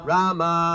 Rama